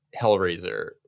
Hellraiser